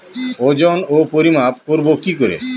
ওজন ও পরিমাপ করব কি করে?